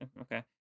Okay